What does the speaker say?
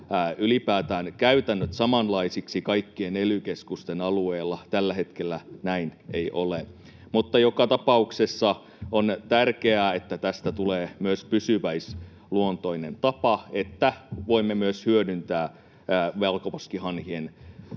ylipäätään käytännöt samanlaisiksi kaikkien ely-keskusten alueella. Tällä hetkellä näin ei ole. Mutta joka tapauksessa on tärkeää, että tästä tulee pysyväisluontoinen tapa, että voimme myös hyödyntää valkoposkihanhien